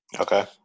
Okay